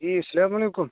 جی السلام علیکم